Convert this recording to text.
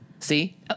See